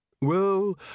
Well